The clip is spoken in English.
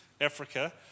Africa